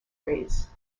rays